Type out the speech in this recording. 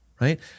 right